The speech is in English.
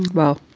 well,